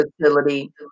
facility